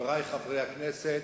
חברי חברי הכנסת,